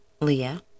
Leah